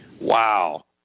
Wow